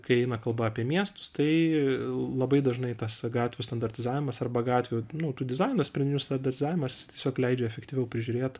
kai eina kalba apie miestus tai labai dažnai tas gatvių standartizavimas arba gatvių nu tų dizaino sprendimų standartizavimasis jis tiesiog leidžia efektyviau prižiūrėt